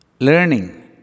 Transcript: Learning